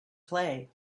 play